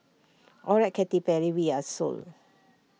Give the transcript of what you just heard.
alright Katy Perry we're sold